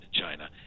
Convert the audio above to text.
China